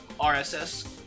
RSS